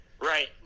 Right